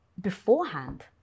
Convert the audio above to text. beforehand